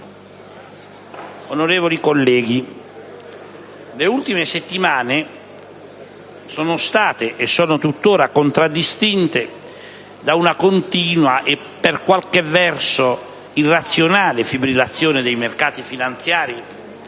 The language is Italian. Onorevoli colleghi, le ultime settimane sono state - e sono tuttora - contraddistinte da una continua e, per qualche verso, irrazionale fibrillazione dei mercati finanziari